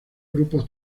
grupos